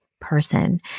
person